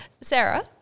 Sarah